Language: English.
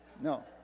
no